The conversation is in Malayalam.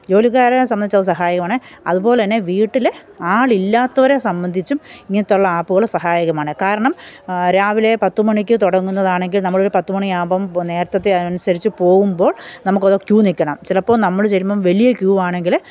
ജോലിക്കാരെ സംബന്ധിച്ച് അത് സഹായകമാണ് അതുപോലെ തന്നെ വീട്ടിൽ ആൾ ഇല്ലാത്തവരെ സംബന്ധിച്ചും ഇങ്ങനത്തെ ഉള്ള ആപ്പുകൾ സഹായകമാണ് കാരണം രാവിലെ പത്തുമണിക്ക് തുടങ്ങുന്നതാണെങ്കില് നമ്മളൊരു പത്തുമണി ആവുമ്പം നേരത്തത്തെ അനുസരിച്ച് പോവുമ്പോള് നമുക്ക് ക്യൂ നിൽക്കണം ചിലപ്പോൾ നമ്മൾ ചെല്ലുമ്പോൾ വലിയ ക്യൂ ആണെങ്കിൽ